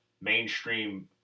mainstream